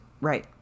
Right